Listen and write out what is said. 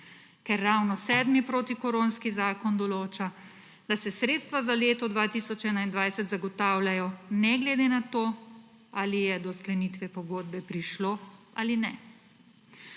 Ker ravno sedmi protikoronski zakon določa, da se sredstva za leto 2021 zagotavljajo ne glede na to ali je do sklenitve pogodbe prišlo ali ne.